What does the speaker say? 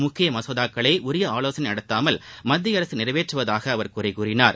முக்கிய மசோதாக்களை உரிய ஆவோசனை நடத்தாமல் மத்திய அரசு நிறைவேற்றுவதாக அவர் குறை கூறினார்